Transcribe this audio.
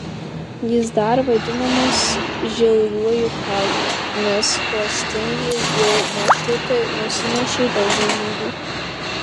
jis dar vadinamas žiauriuoju kalnu nes klastingi jo maršrutai nusinešė daug gyvybių